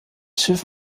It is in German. schiff